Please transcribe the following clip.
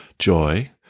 Joy